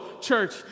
church